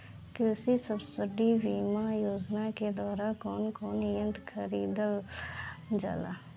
कृषि सब्सिडी बीमा योजना के द्वारा कौन कौन यंत्र खरीदल जाला?